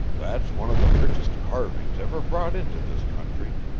that's one of the richest carvings ever brought into this country,